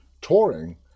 touring